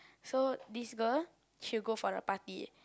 so this girl she will go for the party